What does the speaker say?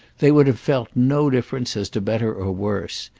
they would have felt no difference as to better or worse.